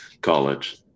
college